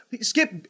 Skip